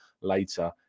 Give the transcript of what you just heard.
later